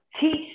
teach